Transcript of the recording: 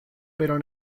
pero